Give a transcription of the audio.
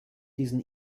diesen